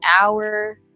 hour